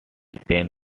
ten